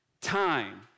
time